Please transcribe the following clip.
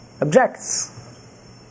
objects